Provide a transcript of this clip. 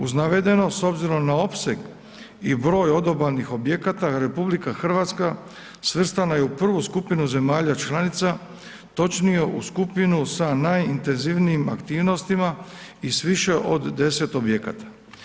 Uz navedeno s obzirom na opseg i broj odobalnih objekata RH svrstana je u prvu skupinu zemalja članica, točnije u skupinu sa najintenzivnijim aktivnostima i s više od 10 objekata.